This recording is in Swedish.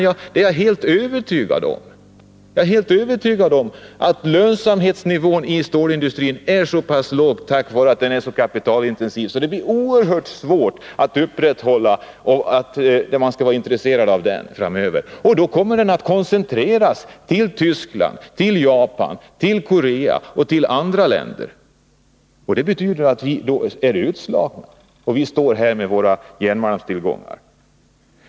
Jag är helt övertygad om att lönsamhetsnivån i stålindustrin är så pass låg på grund av att den är så kapitalintensiv, och därför blir det oerhört svårt att upprätthålla intresset för den industrin framöver. Den kommer att koncentreras till Tyskland, Japan, Korea och andra länder, och det betyder att vi blir utslagna och står här med våra järnmalmstillgångar.